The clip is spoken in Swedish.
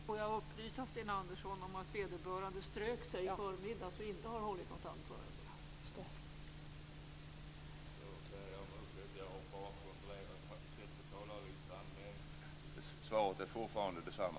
Fru talman! Då ber jag om ursäkt. Jag har bara tittat på talarlistan. Men svaret är fortfarande detsamma.